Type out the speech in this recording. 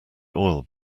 oil